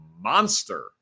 monster